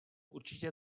určitě